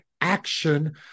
action